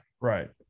Right